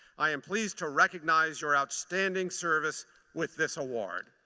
i am pleased to recognize your outstanding service with this award.